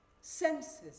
senses